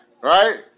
right